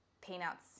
peanuts